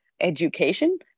education